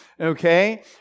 Okay